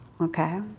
okay